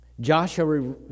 Joshua